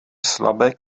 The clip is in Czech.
slabé